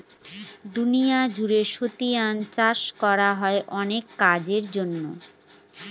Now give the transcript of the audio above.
দুনিয়া জুড়ে শুয়োর চাষ করা হয় অনেক কাজের জন্য